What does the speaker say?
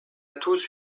tous